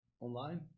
online